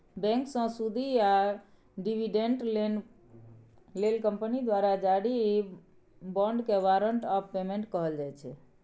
बैंकसँ सुदि या डिबीडेंड लेल कंपनी द्वारा जारी बाँडकेँ बारंट आफ पेमेंट कहल जाइ छै